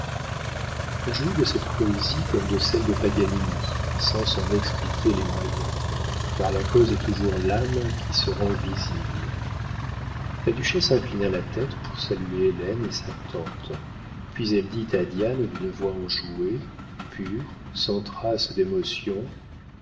on jouit de cette poésie comme de celle de paganini sans s'en expliquer les moyens car la cause est toujours l'âme qui se rend visible la duchesse inclina la tête pour saluer hélène et sa tante puis elle dit à diane d'une voix enjouée pure sans trace d'émotion